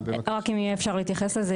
רק אם אפשר יהיה להתייחס לזה.